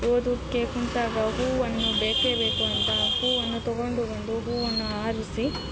ಓದುಕ್ಕೆ ಕೂತಾಗ ಹೂವನ್ನು ಬೇಕೇ ಬೇಕು ಅಂತ ಹೂವನ್ನು ತೊಗೊಂಡು ಬಂದು ಹೂವನ್ನು ಆರಿಸಿ